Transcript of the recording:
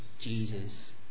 Jesus